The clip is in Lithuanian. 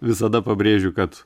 visada pabrėžiu kad